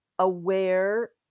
aware